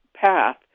path